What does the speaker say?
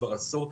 כבר עשור.